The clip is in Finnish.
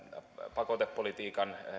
pakotepolitiikan